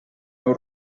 heu